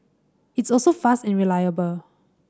it's also fast and reliable